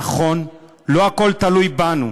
נכון, לא הכול תלוי בנו,